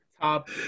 Top